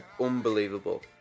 unbelievable